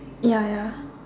ya ya